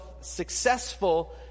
successful